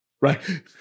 Right